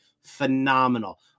phenomenal